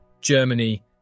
Germany